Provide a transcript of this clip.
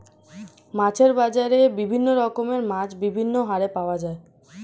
মাছের বাজারে বিভিন্ন রকমের মাছ বিভিন্ন হারে পাওয়া যায়